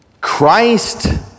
Christ